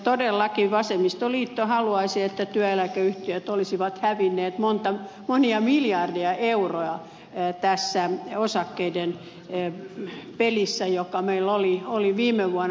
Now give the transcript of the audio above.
todellakin vasemmistoliitto haluaisi että työeläkeyhtiöt olisivat hävinneet monia miljardeja euroja tässä osakkeiden pelissä joka meillä oli viime vuonna